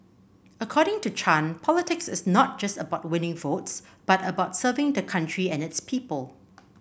according to Chan politics is not just about winning votes but about serving the country and its people